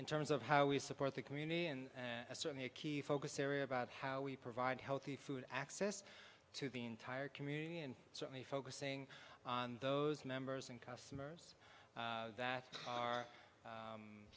in terms of how we support the community and certainly a key focus area about how we provide healthy food access to the entire community and certainly focusing on those members and customers that are u